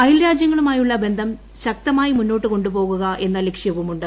അയൽരാജ്യങ്ങളുമായുള്ള ബന്ധം ശക്തമായി മുന്നോട്ടു കൊണ്ടുപോകുക എന്ന ലക്ഷ്യവുമുണ്ട്